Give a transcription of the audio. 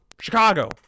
Chicago